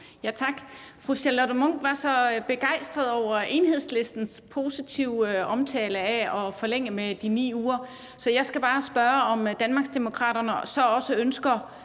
(V): Tak. Fru Charlotte Munch var så begejstret over Enhedslistens positive omtale af at forlænge med de 9 uger, så jeg skal bare spørge, om Danmarksdemokraterne så også –